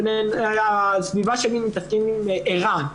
בסביבה שלי מתעסקים עם ער"ן,